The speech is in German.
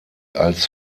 als